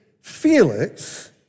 Felix